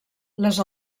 les